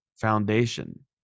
Foundation